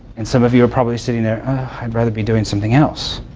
and some of you are probably sitting there i'd rather be doing something else.